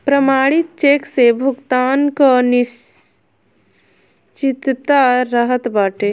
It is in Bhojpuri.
प्रमाणित चेक से भुगतान कअ निश्चितता रहत बाटे